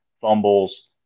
fumbles